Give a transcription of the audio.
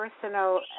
personal